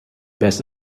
best